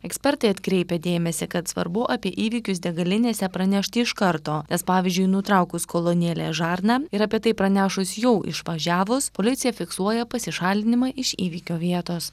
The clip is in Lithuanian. ekspertai atkreipia dėmesį kad svarbu apie įvykius degalinėse pranešti iš karto nes pavyzdžiui nutraukus kolonėlės žarną ir apie tai pranešus jau išvažiavus policija fiksuoja pasišalinimą iš įvykio vietos